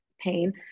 pain